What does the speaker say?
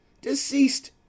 deceased